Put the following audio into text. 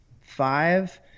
five